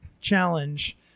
challenge